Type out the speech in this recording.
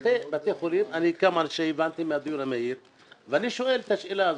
לשני בתי חולים ואני שואל שאלה.